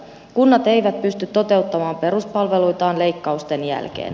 kunnat eivät pysty toteuttamaan peruspalveluitaan leikkausten jälkeen